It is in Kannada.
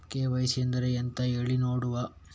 ಕೆ.ವೈ.ಸಿ ಅಂದ್ರೆ ಎಂತ ಹೇಳಿ ನೋಡುವ?